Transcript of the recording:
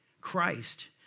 Christ